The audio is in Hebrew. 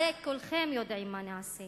הרי כולכם יודעים מה נעשה